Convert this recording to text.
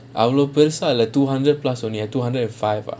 அவ்ளோ பெருசா இல்ல:avlo perusa illa two hundreds plus only two hundreds and five ah